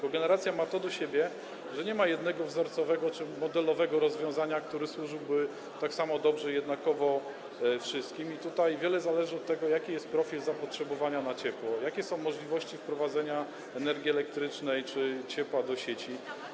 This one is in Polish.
Kogeneracja ma to do siebie, że nie ma jednego wzorcowego czy modelowego rozwiązania, które służyłoby tak samo dobrze, jednakowo wszystkim, bo tutaj wiele zależy od tego, jaki jest profil zapotrzebowania na ciepło, jakie są możliwości wprowadzenia energii elektrycznej czy ciepła do sieci.